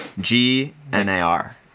G-N-A-R